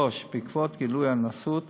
3. בעקבות גילוי הנשאות,